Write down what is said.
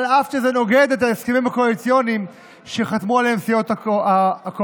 אף שזה נוגד את ההסכמים הקואליציוניים שחתמו עליהם סיעות הקואליציה.